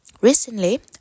Recently